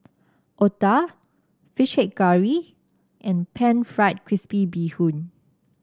Otah fish head curry and pan fried crispy Bee Hoon